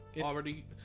Already